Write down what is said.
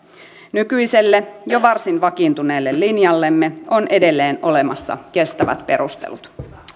nykyiselle jo varsin vakiintuneelle linjallemme on edelleen olemassa kestävät perustelut